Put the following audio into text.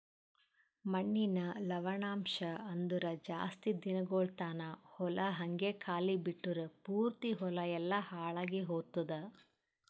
ಮಣ್ಣಿನ ಲವಣಾಂಶ ಅಂದುರ್ ಜಾಸ್ತಿ ದಿನಗೊಳ್ ತಾನ ಹೊಲ ಹಂಗೆ ಖಾಲಿ ಬಿಟ್ಟುರ್ ಪೂರ್ತಿ ಹೊಲ ಎಲ್ಲಾ ಹಾಳಾಗಿ ಹೊತ್ತುದ್